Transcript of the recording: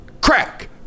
crack